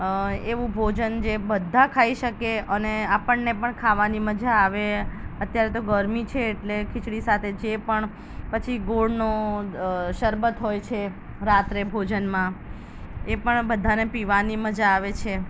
એવું ભોજન જે બધા ખાઈ શકે અને આપણને પણ ખાવાની મજા આવે અત્યારે તો ગરમી છે એટલે ખીચડી સાથે જે પણ પછી ગોળનો શરબત હોય છે રાત્રે ભોજનમાં એ પણ બધાને પીવાની મજા આવે છે